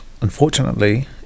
Unfortunately